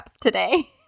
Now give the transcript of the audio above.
today